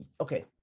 okay